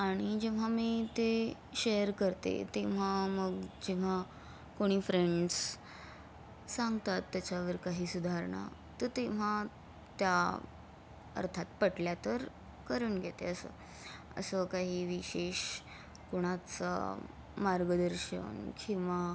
आणि जेव्हा मी ते शेयर करते तेव्हा मग जेव्हा कोणी फ्रेंड्स सांगतात त्याच्यावर काही सुधारणा तर तेव्हा त्या अर्थात पटल्या तर करून घेते असं असं काही विशेष कोणाचं मार्गदर्शन किंवा